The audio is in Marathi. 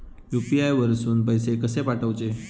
यू.पी.आय वरसून पैसे कसे पाठवचे?